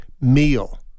meal